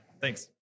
thanks